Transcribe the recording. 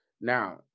Now